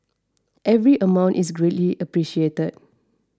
every amount is greatly appreciated